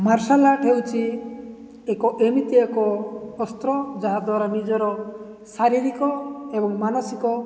marshal art ହେଉଛି ଏକ ଏମିତି ଏକ ଅସ୍ତ୍ର ଯାହାଦ୍ୱାରା ନିଜର ଶାରୀରିକ ଏବଂ ମାନସିକ